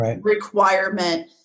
requirement